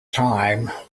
time